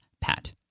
Pat